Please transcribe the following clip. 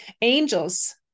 Angels